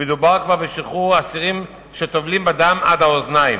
מדובר כבר בשחרור אסירים שטובלים בדם עד האוזניים.